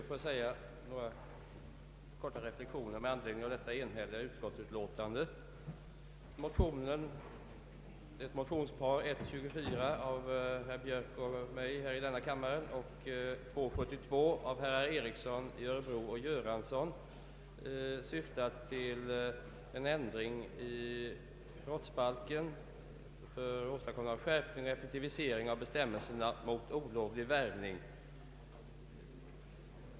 Herr talman! Jag ber att få göra några reflexioner med anledning av detta enhälliga utskottsutlåtande.